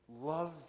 love